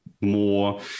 more